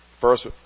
First